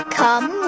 come